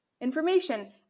information